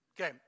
Okay